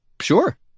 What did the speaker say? Sure